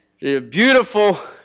Beautiful